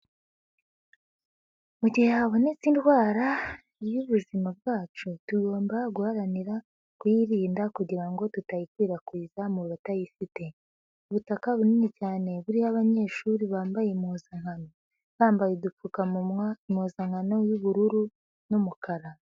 Mu gihe habonetse indwara y'ubuzima bwacu tugomba guharanira kuyirinda kugira ngo tutayikwirakwiza mu batayifite. Ubutaka bunini cyane buriho banyeshuri bambaye impuzankano, bambaye udupfukanwa, impuzankano y'ubururu n'umukara.